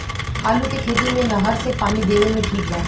आलू के खेती मे नहर से पानी देवे मे ठीक बा?